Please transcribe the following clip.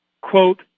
quote